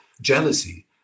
jealousy